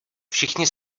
všichni